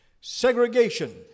Segregation